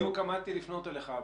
בדיוק עמדתי לפנות אליך,